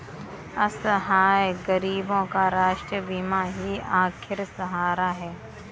असहाय गरीबों का राष्ट्रीय बीमा ही आखिरी सहारा है